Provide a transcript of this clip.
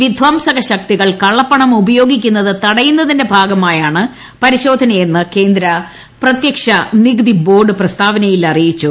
വിധ്വംസക ശക്തികൾ കള്ളപ്പണം ഉപയോഗിക്കുന്നത് തടയുന്നതിന്റെ ഭാഗമായാണ് പരിശോധനയെന്ന് കേന്ദ്ര പ്രത്യക്ഷ നികുതി ബോർഡ് പ്രസ്താവനയിൽ അറിയിച്ചു